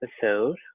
episode